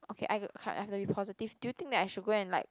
okay I I have to be positive do you think that I should go and like